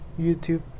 YouTube